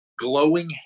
glowing